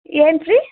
ಏನು ಫ್ರೀ